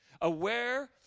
Aware